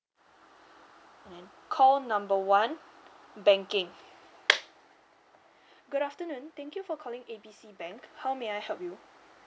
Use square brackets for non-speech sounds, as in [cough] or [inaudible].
call number one banking [noise] good afternoon thank you for calling A B C bank how may I help you